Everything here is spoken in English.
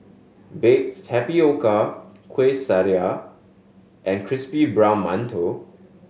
baked tapioca Kueh Syara and crispy brown mantou